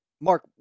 Mark